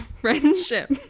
Friendship